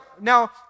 now